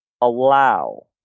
allow